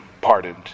pardoned